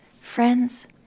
Friends